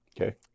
Okay